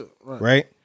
Right